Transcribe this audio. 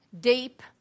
deep